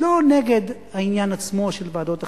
לא נגד העניין עצמו של ועדות החקירה.